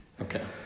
Okay